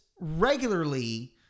regularly